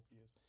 years